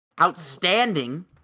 outstanding